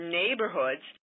neighborhoods